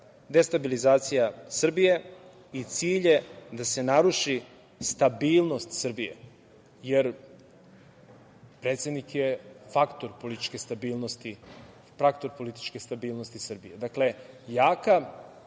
destabilizacija Srbije i cilj je da se naruši stabilnost Srbije, jer predsednik je faktor političke stabilnosti Srbije. Dakle, jaka,